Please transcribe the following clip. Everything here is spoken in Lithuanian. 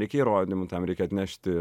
reikia įrodymų tam reikia atnešti